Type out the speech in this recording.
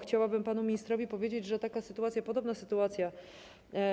Chciałabym panu ministrowi powiedzieć, że taka sytuacja, podobna sytuacja